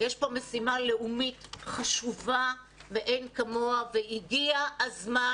יש פה משימה לאומית חשובה מאין כמוה והגיע הזמן